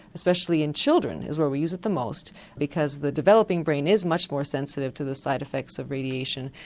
especially in children is where we use it the most because the developing brain is much more sensitive to the side effects of radiation,